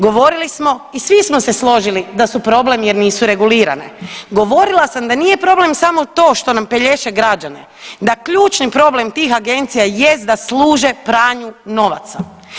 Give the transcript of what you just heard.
Govorili smo i svi smo se složili da su problem jer nisu regulirane, govorila sam da nije problem samo to što nam pelješe građane, da ključni problem tih agencija jest da služe pranju novaca.